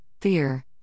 fear